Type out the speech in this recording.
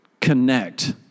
connect